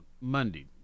Monday